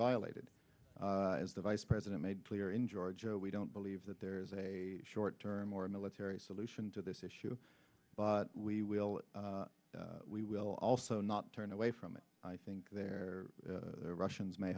violated as the vice president made clear in georgia we don't believe that there is a short term or a military solution to this issue but we will we will also not turn away from it i think there are russians may